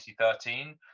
2013